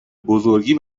بزرگی